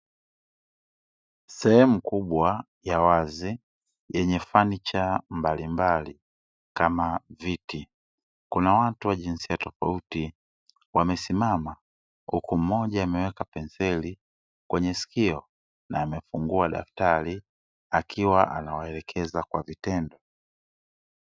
Sehemu kubwa ya wazi, yenye fanicha mbalimbali kama viti ,kuna watu wenye jinsia tofauti wamesimama, huku mmoja ameweka penseli kwenye sikio na amefungua daftari akiwa anawaelekeza kwa vitendo.